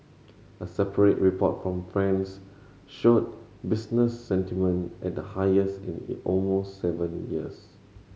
a separate report from France showed business sentiment at the highest in almost seven years